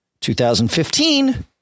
2015